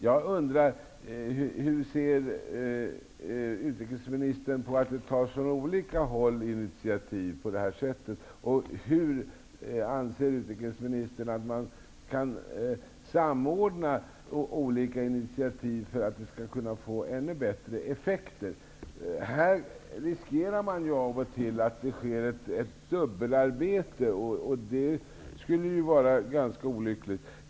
Jag undrar: Hur ser utrikesministern på att det tas initiativ från olika håll på detta sätt? Hur anser utrikesministern att man kan samordna olika initiativ för att de skall kunna få ännu bättre effekt? Det är risk för att det av och till sker ett dubbelarbete. Det skulle vara ganska olyckligt.